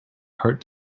heart